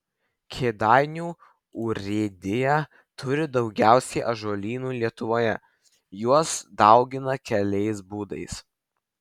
kėdainių urėdija turi daugiausiai ąžuolynų lietuvoje juos daugina keliais būdais